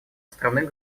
островных